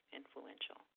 influential